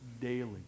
daily